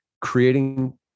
creating